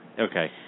Okay